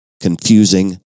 confusing